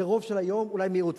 ורוב של היום הוא אולי מיעוט,